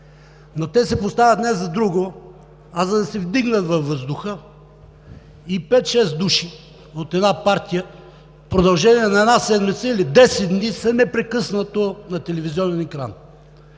но те се поставят не за друго, а за да се вдигнат във въздуха и пет-шест души от една партия в продължение на една седмица или десет дни са непрекъснато на телевизионен екран.